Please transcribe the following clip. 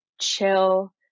chill